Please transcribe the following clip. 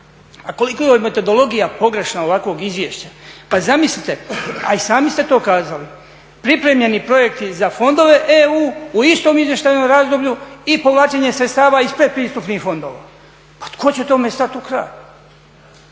A koliko je metodologija pogrešna ovakvog izvješća, pa zamislite, a i sami ste to kazali, pripremljeni projekti za fondove EU u istom izvještajnom razdoblju i povlačenje sredstava iz pretpristupnih fondova. pa tko će tome stati u kraj?